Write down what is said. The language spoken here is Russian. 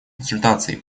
консультаций